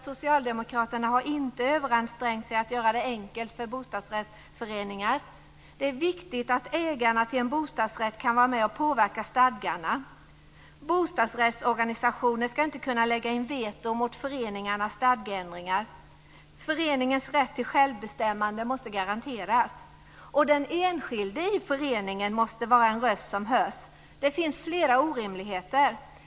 Socialdemokraterna har inte överansträngt sig att göra det enkelt för bostadsrättsföreningar. Det är viktigt att ägarna till en bostadsrätt kan vara med och påverka stadgarna. Bostadsrättsorganisationer skall inte kunna lägga in veto mot föreningarnas stadgeändringar. Föreningens rätt till självbestämmande måste garanteras. Den enskilde i föreningen måste vara en röst som hörs. Det finns flera orimligheter.